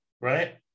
right